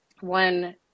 one